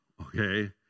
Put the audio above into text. Okay